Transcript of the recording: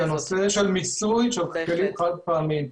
את הנושא של מיסוי של כלים חד פעמיים,